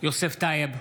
יוסף טייב,